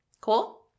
cool